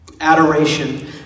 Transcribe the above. adoration